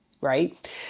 right